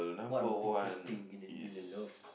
what about interesting in the in the love